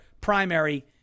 primary